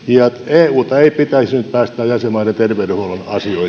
euta ei pitäisi nyt päästää jäsenmaiden terveydenhuollon